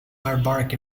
barbaric